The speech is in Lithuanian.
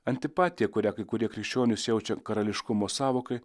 antipatija kurią kai kurie krikščionys jaučia karališkumo sąvokai